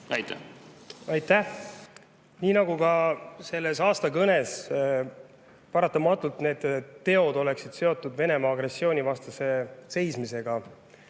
Aitäh! Nii nagu ka selles aastakõnes, paratamatult need teod oleksid seotud Venemaa agressiooni vastu seismisega.